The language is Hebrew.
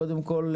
קודם כל,